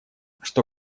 что